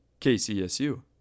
KCSU